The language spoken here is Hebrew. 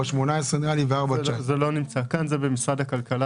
418- -- זה לא נמצא כאן זה במשרד הכלכלה,